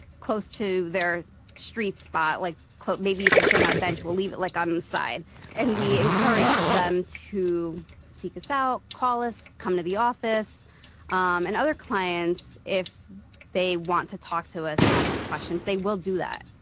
close to their street spot. like maybe if they're sitting on a bench we'll leave it like inside and we encourage them to seek us out call us come to the office um and other clients if they want to talk to us and ask us questions. they will do that.